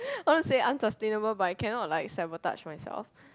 I want to say unsustainable but I cannot like sabotage myself